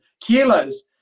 kilos